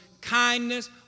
kindness